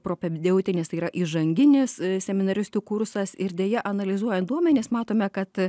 propepeutinis tai yra įžanginis seminaristų kursas ir deja analizuojant duomenis matome kad